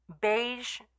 beige